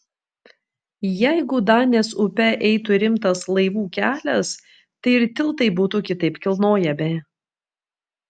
jeigu danės upe eitų rimtas laivų kelias tai ir tiltai būtų kitaip kilnojami